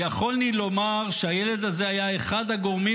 ויכולני לומר שהילד הזה היה אחד הגורמים